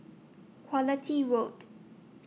Quality Road